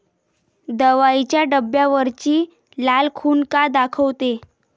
दवाईच्या डब्यावरची लाल खून का दाखवते?